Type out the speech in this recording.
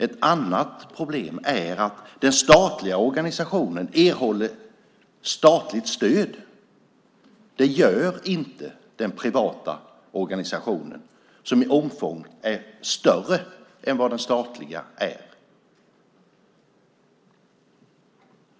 Ett annat problem är att den statliga organisationen erhåller statligt stöd. Det gör inte den privata organisationen som i omfång är större än vad den statliga är.